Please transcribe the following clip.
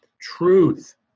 truth